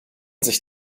sich